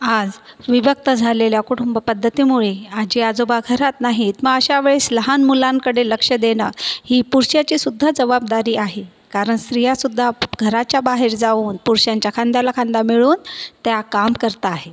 आज विभक्त झालेल्या कुटुंबपद्धतीमुळे आजी आजोबा घरात नाहीत मग अशावेळेस लहान मुलांकडे लक्ष देणं ही पुरुषाचीसुद्धा जवाबदारी आहे कारण स्त्रियासुद्धा घराच्या बाहेर जाऊन पुरुषांच्या खांद्याला खांदा मिळवून त्या काम करता आहे